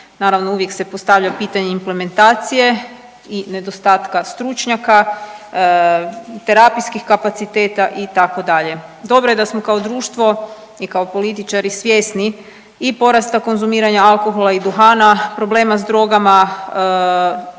naravno uvijek se postavlja pitanje implementacije i nedostatka stručnjaka, terapijskih kapaciteta itd.. Dobro je da smo kao društvo i kao političari svjesni i porasta konzumiranja alkohola i duhana, problema s drogama,